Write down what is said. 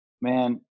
man